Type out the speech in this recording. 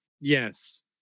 yes